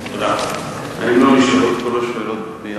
אני מזהה פה רק שואל אחד מהשואלים.